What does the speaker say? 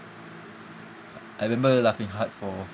I remember laughing hard for